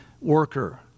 worker